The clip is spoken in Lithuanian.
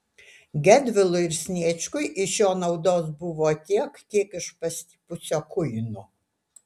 gedvilui ir sniečkui iš jo naudos buvo tiek kiek iš pastipusio kuino